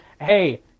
hey